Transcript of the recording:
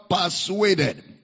persuaded